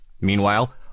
Meanwhile